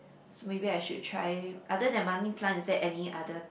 so maybe I should try other than money plant is there any other